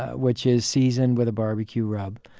which is seasoned with a barbecue rub.